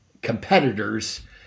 competitors